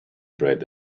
bread